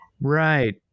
Right